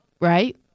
right